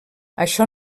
això